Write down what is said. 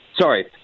sorry